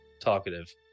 talkative